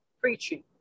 preaching